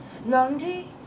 Laundry